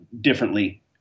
differently